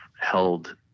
held